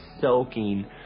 soaking